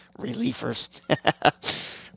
relievers